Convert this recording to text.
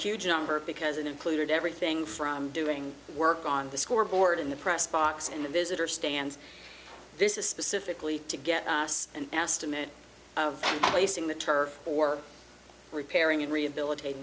huge number because it included everything from doing the work on the scoreboard in the press box in the visitor stands this is specifically to get us and estimate of placing the turf or repairing in rehabilitat